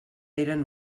eren